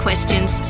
Questions